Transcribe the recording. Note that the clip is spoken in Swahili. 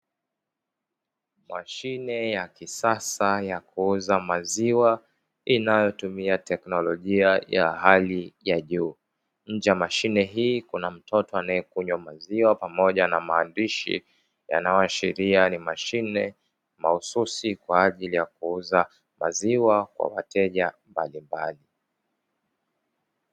Mashine ya kisasa ya kuuza maziwa inayotumia teknolojia ya hali ya juu, nje ya mashine hii kuna mtoto anayekunywa maziwa pamoja na maandishi yanayoashiria, ni mashine mahususi kwa ajili ya kuuza maziwa kwa wateja mbalimbali.